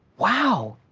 wow,